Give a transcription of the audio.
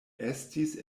estis